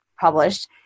published